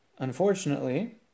Unfortunately